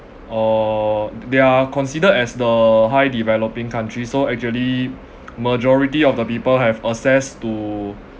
uh th~ they are considered as the high developing countries so actually majority of the people have access to